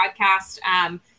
podcast